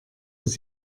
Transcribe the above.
dass